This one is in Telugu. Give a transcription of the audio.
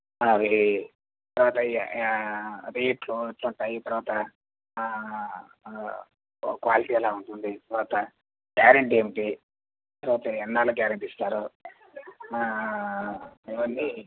అవి తర్వాత రేట్లు ఎట్లుంటాయి తరువాత క్వాలిటీ ఎలా ఉంటుంది తర్వాత గ్యారంటి ఏంటి తర్వాత ఎన్నాళ్ళు గ్యారంటి ఇస్తారు ఇవ్వన్నీ